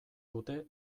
dute